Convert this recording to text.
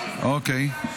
אוקיי.